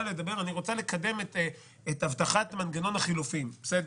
לקדם את הבטחת מנגנון החלופים בסדר,